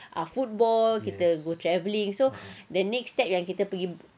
ah football kita go travelling so the next step yang kita pergi